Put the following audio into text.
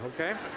okay